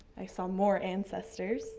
i saw more ancestors